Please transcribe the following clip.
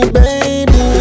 baby